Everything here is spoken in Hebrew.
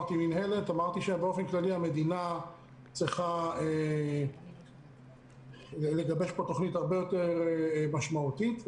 באופן כללי המדינה צריכה לגבש פה תוכנית הרבה יותר משמעותית.